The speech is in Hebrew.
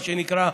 מה שנקרא,